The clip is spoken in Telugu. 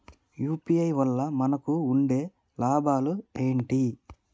యూ.పీ.ఐ వల్ల మనకు ఉండే లాభాలు ఏంటి?